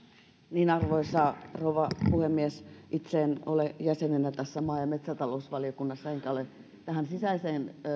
niin arvoisa rouva puhemies itse en ole jäsenenä maa ja metsätalousvaliokunnassa enkä ole tähän sisäiseen